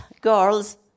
girls